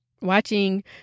watching